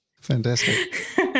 Fantastic